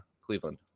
Cleveland